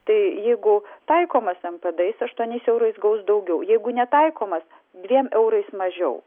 tai jeigu taikomas npd jis aštuoniais eurais gaus daugiau jeigu netaikomas dviem eurais mažiau